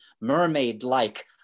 mermaid-like